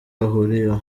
bahuriyeho